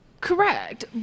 correct